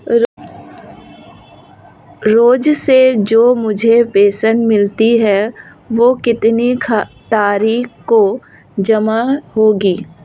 रोज़ से जो मुझे पेंशन मिलती है वह कितनी तारीख को जमा होगी?